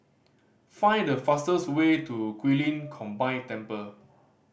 find the fastest way to Guilin Combined Temple